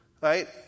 Right